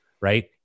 right